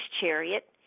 chariot